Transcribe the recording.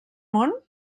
món